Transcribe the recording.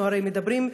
אנחנו הרי מדברים,